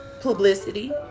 publicity